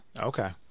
Okay